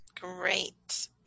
Great